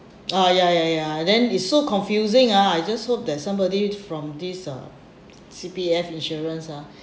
ah ya ya ya then it's so confusing ah I just hope that somebody from this uh C_P_F insurance ah